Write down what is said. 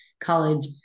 college